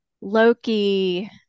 Loki